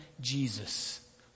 Jesus